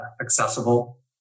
accessible